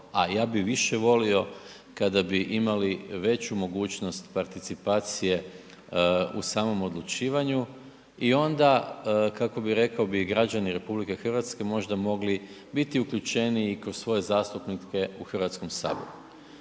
a ja bi više volio kada bi imali veću mogućnost participacije u samom odlučivanju i onda, kako bi, rekao bi, i građani RH možda mogli biti uključeniji kroz svoje zastupnike u HS. Druga stvar